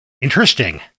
Interesting